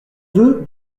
deux